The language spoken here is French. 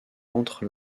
entre